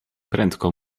prędko